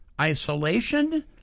isolation